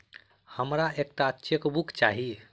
हमरा एक टा चेकबुक चाहि